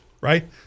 right